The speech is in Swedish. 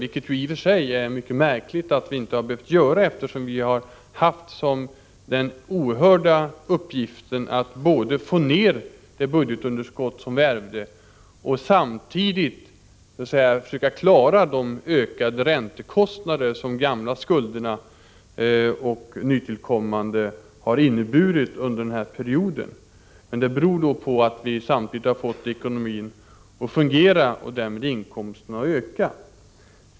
Det är i och för sig mycket märkligt att vi inte har behövt göra det, eftersom vi har haft den oerhört svåra uppgiften att få ned det budgetunderskott som vi ärvde och samtidigt försöka klara de ökade räntekostnader som gamla och nytillkommande skulder har inneburit under denna period. Men det beror på att vi har fått ekonomin att fungera och därmed inkomsterna att öka.